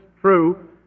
true